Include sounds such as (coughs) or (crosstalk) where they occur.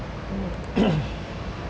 (coughs)